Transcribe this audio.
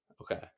Okay